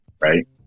Right